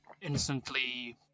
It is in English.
instantly